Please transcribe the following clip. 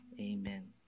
amen